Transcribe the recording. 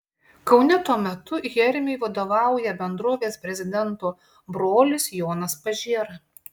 kaune tuo metu hermiui vadovauja bendrovės prezidento brolis jonas pažėra